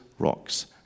rocks